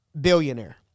billionaire